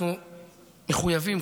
אנחנו מחויבים,